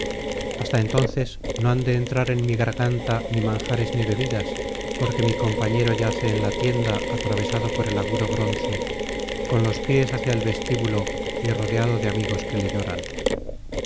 hasta entonces no han de entrar en mi garganta ni manjares ni bebidas porque mi compañero yace en la tienda atravesado por el agudo bronce con los pies hacia el vestíbulo y rodeado de amigos que le lloran